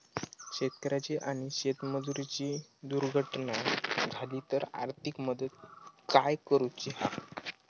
शेतकऱ्याची आणि शेतमजुराची दुर्घटना झाली तर आर्थिक मदत काय करूची हा?